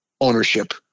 ownership